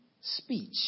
Speech